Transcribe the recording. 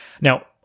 Now